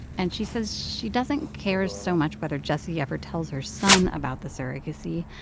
and she says she doesn't care so much whether jessie ever tells her son about the surrogacy,